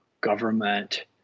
government